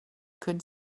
could